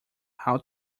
how